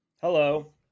Hello